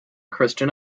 christian